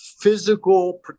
physical